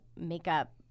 makeup